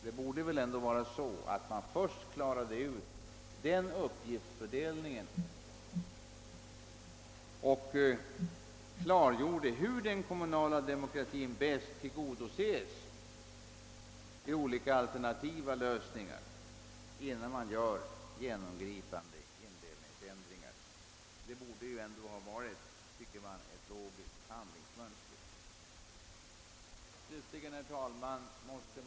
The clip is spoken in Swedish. Vi borde först klara ut uppgiftsfördelningen och hur den kommunala demokratin bäst tillgodoses genom olika alternativa lösningar, innan vi vidtager genomgripande ändringar i kommunindelningen. Jag tycker att det borde ha varit ett logiskt handlingsmönster.